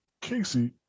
Casey